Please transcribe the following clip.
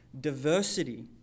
diversity